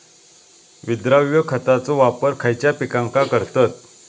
विद्राव्य खताचो वापर खयच्या पिकांका करतत?